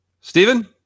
Stephen